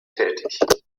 tätig